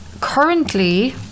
currently